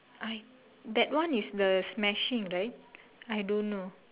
I that one is the smashing right I don't know